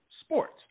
sports